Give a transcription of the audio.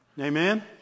Amen